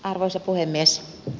arvoisa puhemies